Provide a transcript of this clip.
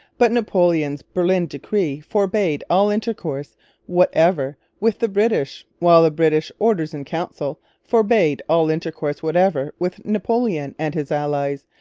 but napoleon's berlin decree forbade all intercourse whatever with the british, while the british orders-in-council forbade all intercourse whatever with napoleon and his allies,